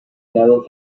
noble